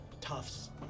tufts